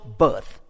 birth